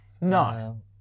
No